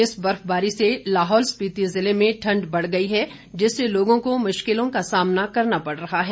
इस बर्फबारी से लाहौल स्पिति जिले में ठंड बढ़ गई है जिससे लोगों को मुश्किलों का सामना करना पड़ रहा है